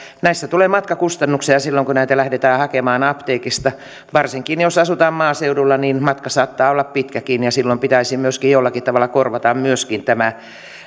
näissä tulee matkakustannuksia silloin kun näitä lähdetään hakemaan apteekista varsinkin jos asutaan maaseudulla niin matka saattaa olla pitkäkin ja silloin pitäisi myöskin jollakin tavalla korvata myöskin tämä